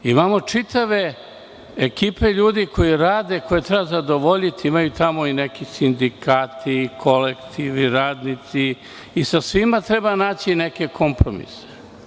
Imamo čitave ekipe ljudi koji rade, koje trba zadovoljiti, imaju tamo i neki sindikati, kolektivi, radnici, i sa svima treba naći neke kompromise.